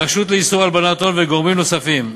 הרשות לאיסור הלבנת הון וגורמים נוספים.